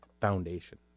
foundation